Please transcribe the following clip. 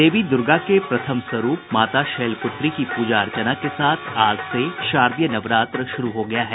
देवी दुर्गा के प्रथम स्वरूप माता शैलपुत्री की पूजा अर्चना के साथ आज से शारदीय नवरात्र शुरू हो गया है